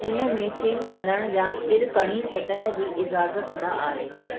इन में चिमकंदड़ या तिरिकिणी सतह जी इज़ाज़त न आहे